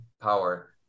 power